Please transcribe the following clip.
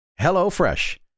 HelloFresh